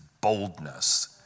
boldness